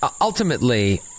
Ultimately